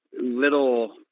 little